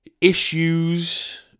issues